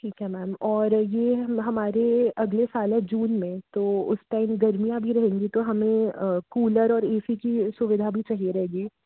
ठीक है मैम और ये हमारे अगले साल है जून में तो उस टाइम गर्मियाँ भी रहेंगी तो हमें कूलर और ए सी की सुविधा भी चाहिए रहेगी